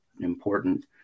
important